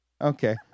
Okay